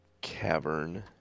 cavern